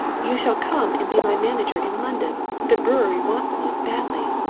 you shall come and be my manager in london. the brewery wants one, badly.